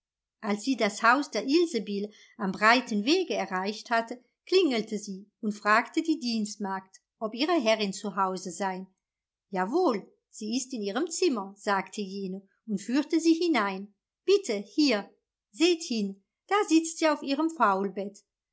als sie das haus der ilsebill am breiten wege erreicht hatte klingelte sie und fragte die dienstmagd ob ihre herrin zu hause sei jawohl sie ist in ihrem zimmer sagte jene und führte sie hinein bitte hier seht hin da sitzt sie auf ihrem